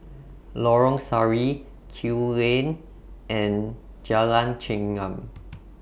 Lorong Sari Kew Lane and Jalan Chengam